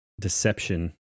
deception